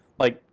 like.